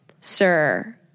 Sir